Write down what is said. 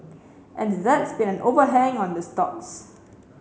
and that's been an overhang on the stocks